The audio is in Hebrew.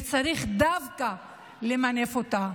וצריך דווקא למנף אותה.